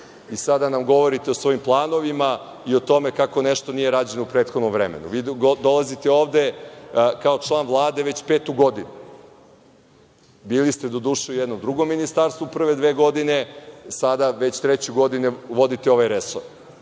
i sada nam govorite o svojim planovima i o tome kako nešto nije rađeno u prethodnom vremenu. Vi dolazite ovde kao član Vlade već petu godinu. Bili ste doduše u jednom drugom ministarstvu prve dve godine, a sada već treću godinu vodite ovaj resor.